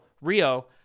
Rio